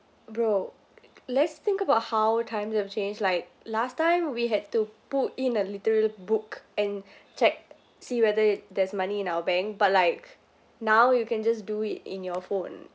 bro let's think about how times have changed like last time we had to put in a literal book and check see whether it there's money in our bank but like now you can just do it in your phone